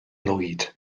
lwyd